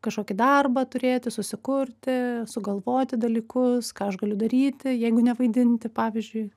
kažkokį darbą turėti susikurti sugalvoti dalykus ką aš galiu daryti jeigu nevaidinti pavyzdžiui